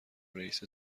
رئیس